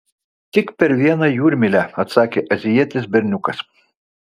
tik per vieną jūrmylę atsakė azijietis berniukas